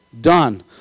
done